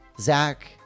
Zach